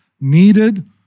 needed